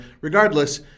regardless